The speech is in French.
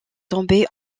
tombé